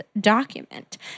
document